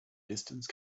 distance